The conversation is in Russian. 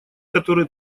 которые